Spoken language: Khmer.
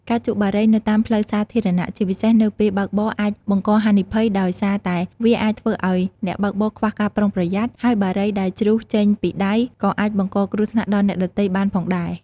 ការជក់បារីនៅតាមផ្លូវសាធារណៈជាពិសេសនៅពេលបើកបរអាចបង្កហានិភ័យដោយសារតែវាអាចធ្វើឱ្យអ្នកបើកបរខ្វះការប្រុងប្រយ័ត្នហើយបារីដែលជ្រុះចេញពីដៃក៏អាចបង្កគ្រោះថ្នាក់ដល់អ្នកដ៏ទៃបានផងដែរ។